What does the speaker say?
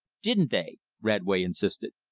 didn't they? radway insisted.